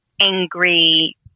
angry